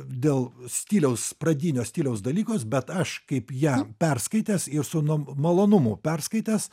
dėl stiliaus pradinio stiliaus dalykos bet aš kaip ją perskaitęs ir su nu malonumu perskaitęs